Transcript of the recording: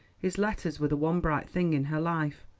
his letters were the one bright thing in her life.